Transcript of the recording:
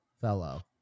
fellow